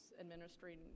administering